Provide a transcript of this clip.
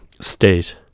state